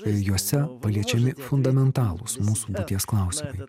ir juose paliečiami fundamentalūs mūsų būties klausimai